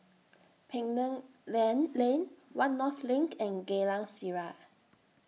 Penang Lane Lane one North LINK and Geylang Serai